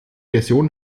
version